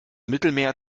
mittelmeer